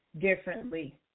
Differently